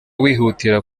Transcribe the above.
wihutira